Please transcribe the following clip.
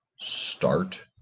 start